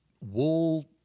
wool